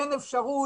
אין אפשרות,